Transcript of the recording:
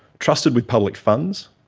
trusted with public funds,